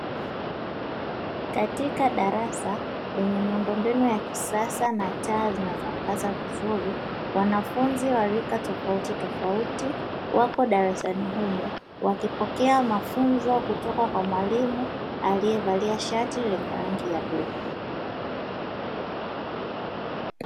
Katika darasa lenye miundombinu ya kisasa na taa zinazoangaza vizuri, wanafunzi wa rika tofautitofauti wako darasani humo wakipokea mafunzo kutoka kwa mwalimu aliyevalia shati lenye rangi ya bluu.